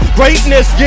greatness